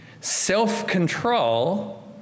self-control